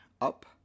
up